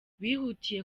bihutiye